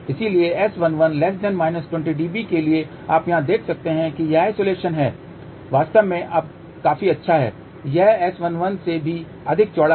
इसलिए S11 20 dB के लिए आप यहाँ देख सकते हैं कि यह आइसोलेशन है वास्तव में अब काफी अच्छा है यह S11 से भी अधिक चौड़ा है